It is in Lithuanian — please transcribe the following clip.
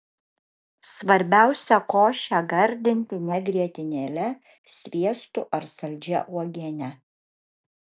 svarbiausia košę gardinti ne grietinėle sviestu ar saldžia uogiene